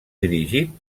dirigit